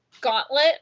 Gauntlet